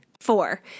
Four